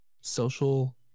Social